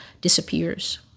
disappears